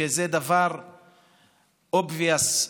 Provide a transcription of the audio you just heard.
שזה דברobvious ,